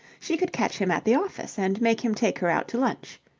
she could catch him at the office and make him take her out to lunch.